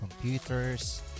Computers